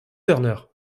turner